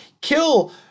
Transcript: kill